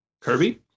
kirby